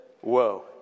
whoa